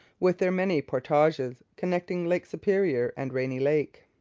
with their many portages, connecting lake superior and rainy lake.